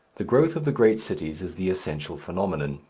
the growth of the great cities is the essential phenomenon.